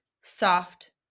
soft